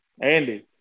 Andy